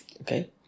okay